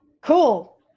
Cool